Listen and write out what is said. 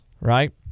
right